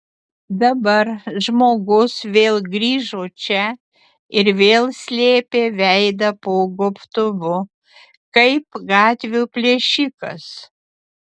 dabar žmogus vėl grįžo čia ir vėl slėpė veidą po gobtuvu kaip gatvių plėšikas